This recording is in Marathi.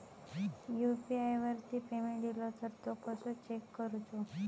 यू.पी.आय वरती पेमेंट इलो तो कसो चेक करुचो?